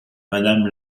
madame